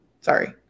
Sorry